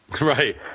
Right